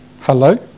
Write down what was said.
Hello